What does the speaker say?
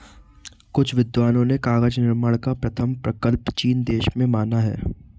कुछ विद्वानों ने कागज निर्माण का प्रथम प्रकल्प चीन देश में माना है